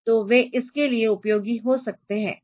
तो वे इसके लिए उपयोगी हो सकते है